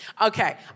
Okay